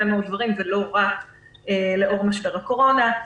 מאוד דברים ולא רק לאור משבר הקורונה.